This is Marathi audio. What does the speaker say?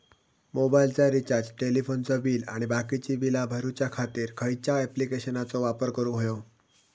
मोबाईलाचा रिचार्ज टेलिफोनाचा बिल आणि बाकीची बिला भरूच्या खातीर खयच्या ॲप्लिकेशनाचो वापर करूक होयो?